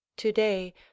TODAY